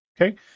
Okay